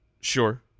Sure